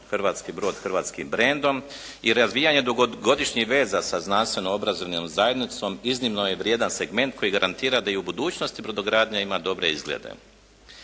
hrvatski brod hrvatskim brendom i razvijanje dugogodišnjih veza sa znanstveno-obrazovnom zajednicom iznimno je vrijedan segment koji garantira da i u budućnosti brodogradnja ima dobre izglede.